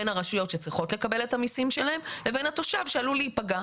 בין הרשויות שצריכות לקבל את המסים שלהן לבין התושב שעלול להיפגע.